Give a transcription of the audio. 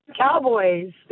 cowboys